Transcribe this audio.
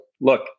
look